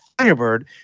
Firebird